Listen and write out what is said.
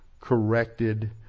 corrected